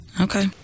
Okay